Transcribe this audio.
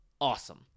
awesome